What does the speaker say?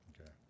Okay